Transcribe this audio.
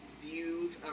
views